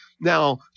Now